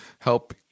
Help